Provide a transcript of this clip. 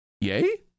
yay